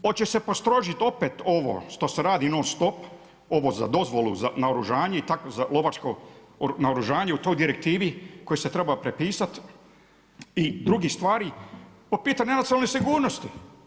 Hoće se postrožiti opet ovo što se radi non stop ovo za dozvolu za naoružanje, lovačko naoružanje u toj direktivi koju se treba prepisat i drugih stvari po pitanju nacionalne sigurnosti?